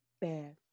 bear